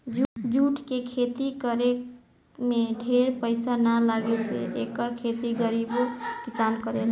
jute के खेती करे में ढेर पईसा ना लागे से एकर खेती गरीबो किसान करेला